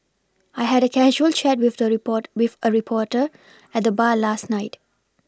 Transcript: I had a casual chat with a report with a reporter at the bar last night